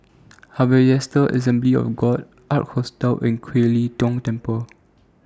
Harvester Assembly of God Ark Hostel and Kiew Lee Tong Temple